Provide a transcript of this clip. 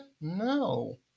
No